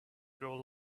grow